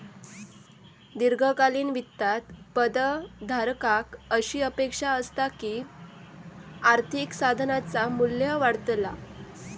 दीर्घकालीन वित्तात पद धारकाक अशी अपेक्षा असता की आर्थिक साधनाचा मू्ल्य वाढतला